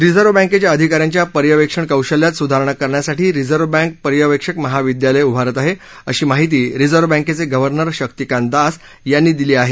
reserve बँकेच्या अधिकाऱ्याच्या पर्यवेक्षण कौशल्यात सुधारणा करण्यासाठी रिझर्व बँक पर्यवेक्षक महाविद्यालय उभारत आहे अशी माहिती रिझर्व बँकेचे गव्हर्नर शक्तीकार्त दास याप्ती दिली आहे